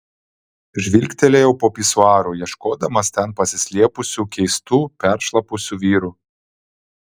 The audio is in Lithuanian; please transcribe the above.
žvilgtelėjau po pisuaru ieškodamas ten pasislėpusių keistų peršlapusių vyrų